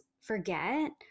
forget